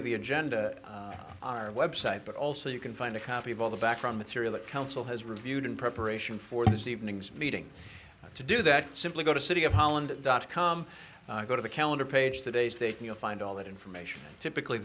of the agenda on our website but also you can find a copy of all the back from material that council has reviewed in preparation for this evening's meeting to do that simply go to city of holland dot com go to the calendar page today's date and you'll find all that information typically